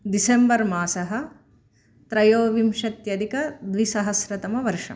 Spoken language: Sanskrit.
दिसेम्बर् मासः त्रयोविंशत्यदिक द्विसहस्रतमवर्षः